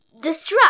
destruct